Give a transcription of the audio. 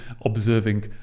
observing